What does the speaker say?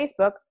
Facebook